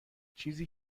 چیزی